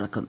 തുറക്കും